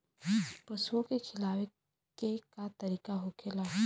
पशुओं के खिलावे के का तरीका होखेला?